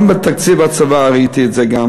גם בתקציב הצבא ראיתי את זה.